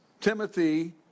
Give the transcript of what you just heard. Timothy